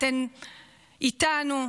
אתן איתנו.